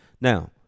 Now